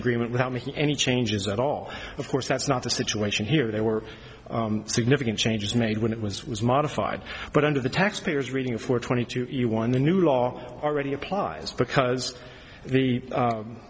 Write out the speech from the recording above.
agreement without making any changes at all of course that's not the situation here there were significant changes made when it was was modified but under the taxpayer's reading for twenty to one the new law already applies because